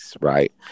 right